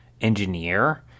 engineer